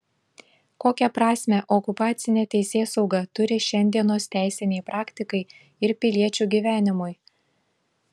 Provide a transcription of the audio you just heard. kokią prasmę okupacinė teisėsauga turi šiandienos teisinei praktikai ir piliečių gyvenimui